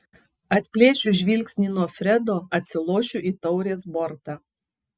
atplėšiu žvilgsnį nuo fredo atsilošiu į taurės bortą